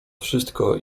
wszystko